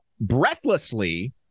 breathlessly